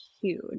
huge